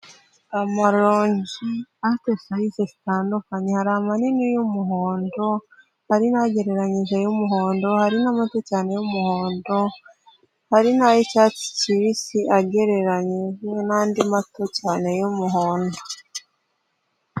Amaronji afite size zitandukanye, hari amanini y'umuhondo, hari n'agereranyije y'umuhondo, hari n'amato cyane y'umuhondo, hari n'ay'icyatsi kibisi agereranyije n'andi mato cyane y'umuhondo.